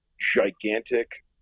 gigantic